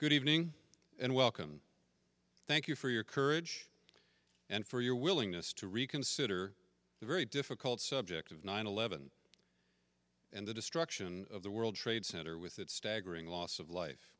good evening and welcome thank you for your courage and for your willingness to reconsider the very difficult subject of nine eleven and the destruction of the world trade center with its staggering loss of life